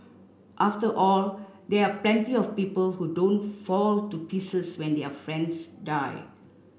after all there are plenty of people who don't fall to pieces when their friends die